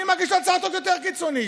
אני מגיש הצעה עוד יותר קיצונית.